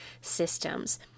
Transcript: systems